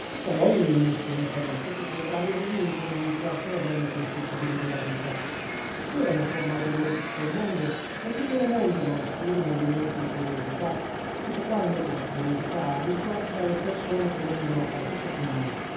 e poi non si è mica detto che quei bravi eremiti rinunziassero ad ogni consuetudine della vita si erano formato il loro piccolo mondo ma il piccolo mondo non esclude un movimento di curiosità specie quando questa curiosità risguarda le persone che vengono a far vita con noi